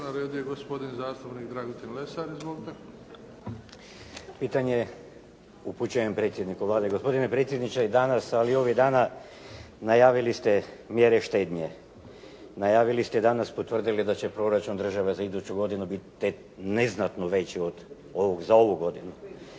Izvolite. **Lesar, Dragutin (Nezavisni)** Pitanje je upućeno predsjedniku Vlade. Gospodine predsjedniče danas ali i ovih dana najavili ste mjere štednje, najavili ste i danas potvrdili da će proračun države za iduću godinu biti neznatno veći od ovog za ovu godinu.